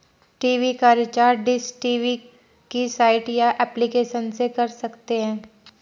TV का recharge Dish TV की site या एप्लीकेशन से कर सकते है